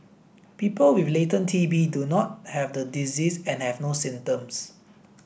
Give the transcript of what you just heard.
people with latent T B do not have the disease and have no symptoms